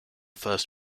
first